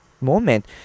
moment